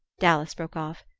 dallas broke off,